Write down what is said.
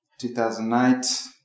2008